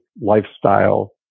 lifestyle